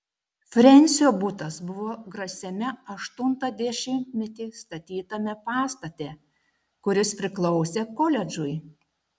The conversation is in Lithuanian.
frensio butas buvo grasiame aštuntą dešimtmetį statytame pastate kuris priklausė koledžui